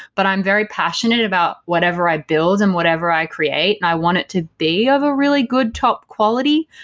but i'm very passionate about whatever i build and whatever i create. and i want it to be of a really good top quality.